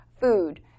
food